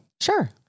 Sure